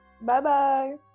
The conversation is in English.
Bye-bye